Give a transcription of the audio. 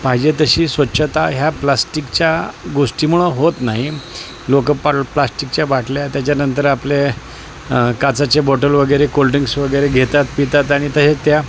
पाहिजे तशी स्वच्छता ह्या प्लास्टिकच्या गोष्टीमुळं होत नाही लोक पाल प्लास्टिकच्या बाटल्या त्याच्यानंतर आपले काचाचे बॉटल्स वगैरे कोल्ड्रिंक्स वगैरे घेतात पितात आणि तसेच त्या